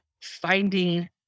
finding